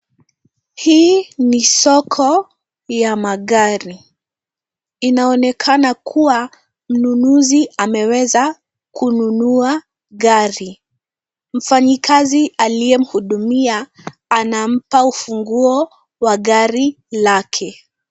Hii ni soko ya magari. Inaonekana kuwa mnunuzi ameweza kununua gari. Mfanyikazi aliyemhudumia anampa ufunguo wa gari lake.